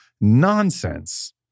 nonsense